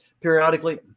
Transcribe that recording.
periodically